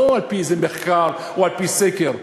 לא על-פי איזה מחקר או על-פי סקר,